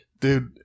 dude